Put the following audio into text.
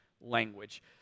language